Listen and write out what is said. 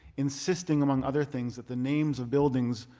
insisting among other things, that the names of buildings